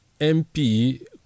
MP